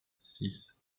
six